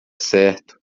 certo